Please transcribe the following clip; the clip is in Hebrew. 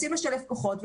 רוצים לשלב כוחות,